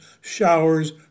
showers